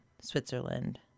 Switzerland